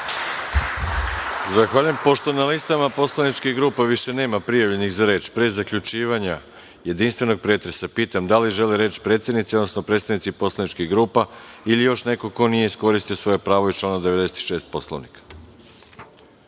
Hvala. Pošto na listama poslaničkih grupa više nema prijavljenih za reč, pre zaključivanja jedinstvenog pretresa, pitam da li žele reč predsednici, odnosno predstavnici poslaničkih grupa ili još neko ko nije iskoristio svoje pravo iz člana 96. Poslovnika?